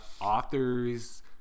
authors